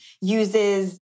uses